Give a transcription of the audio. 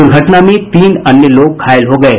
दुर्घटना में तीन अन्य लोग घायल हो गये